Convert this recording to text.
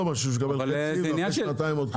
מאשר שהוא יקבל חצי ואחרי שנתיים עוד חצי.